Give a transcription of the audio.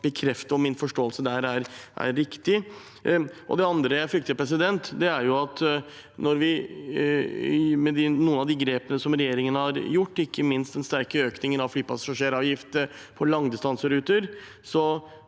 bekrefte om min forståelse der er riktig? Det andre jeg frykter, er at med noen av de grepene regjeringen har gjort, ikke minst den sterke økningen i flypassasjeravgiften på langdistanseruter,